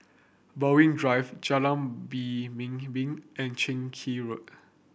Berwick Drive Jalan and Keng Road